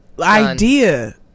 idea